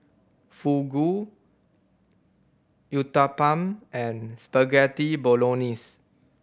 Fugu Uthapam and Spaghetti Bolognese